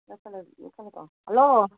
hello